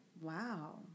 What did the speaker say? Wow